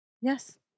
Yes